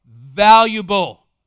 valuable